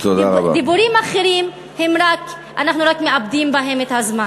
דיבורים אחרים, אנחנו רק מאבדים בהם את הזמן.